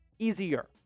Easier